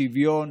שוויון